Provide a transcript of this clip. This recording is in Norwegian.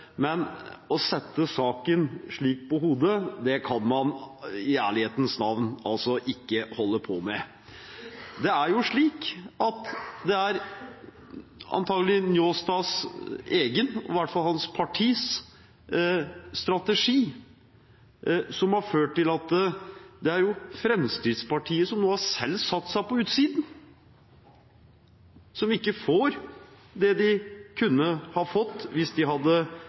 men å sette saken slik på hodet, kan man i ærlighetens navn ikke holde på med. Det er jo slik at det antakelig er Njåstads egen, i hvert fall hans partis, strategi som har ført til at Fremskrittspartiet nå selv har satt seg på utsiden og ikke får det de kunne ha fått hvis de – jeg hadde